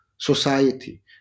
society